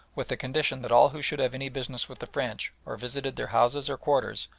with the condition that all who should have any business with the french, or visited their houses or quarters,